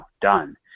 done